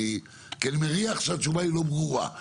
כי אני מריח שהתשובה היא לא ברורה.